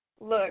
look